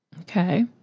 Okay